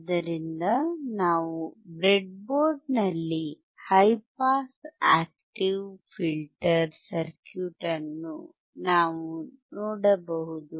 ಆದ್ದರಿಂದ ನಾವು ಬ್ರೆಡ್ಬೋರ್ಡ್ ನಲ್ಲಿ high pass active filter circuit ಅನ್ನು ನಾವು ನೋಡಬಹುದು